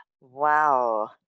Wow